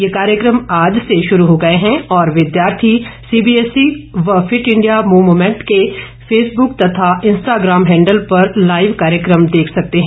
ये कार्यक्रम आज से शुरू हो गए हैं और विद्यार्थी सीबीएसई व फिट इंडिया मूवमेंट के फेसबुक तथा इंस्टाग्राम हैण्डल पर लाइव कार्यक्रम देख सकते हैं